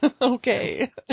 Okay